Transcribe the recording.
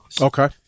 Okay